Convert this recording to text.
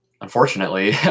unfortunately